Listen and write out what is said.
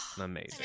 amazing